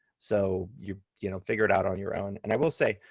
so you you know figure it out on your own, and i will say,